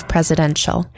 Presidential